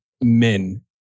men